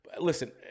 Listen